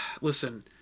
listen